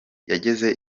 yageze